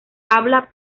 habla